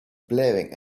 blaring